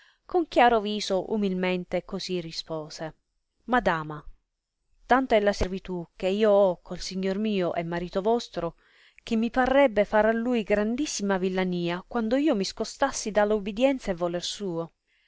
con chiaro viso umilmente così rispose madama tanta è la servitù che io ho col signor mio e marito vostro che mi parrebbe far a lui grandissima villania quando io mi scostassi dalla ubidienza e voler suo